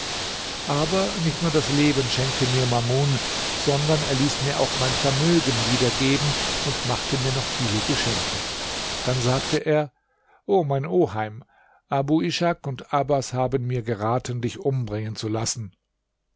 aber nicht nur das leben schenkte mir mamun sondern er ließ mir auch mein vermögen wieder geben und machte mir noch viele geschenke dann sagte er o mein oheim abu ishak und abbas haben mir geraten dich umbringen zu lassen